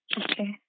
Okay